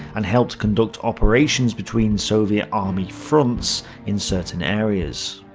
and helped conduct operations between soviet army fronts in certain areas.